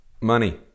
Money